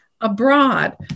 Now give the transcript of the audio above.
Abroad